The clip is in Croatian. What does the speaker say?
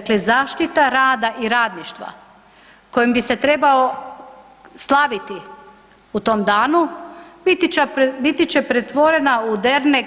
Dakle, zaštita rada i radništva koji bi se trebao slaviti u tom danu, biti će pretvorena u dernek